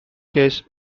case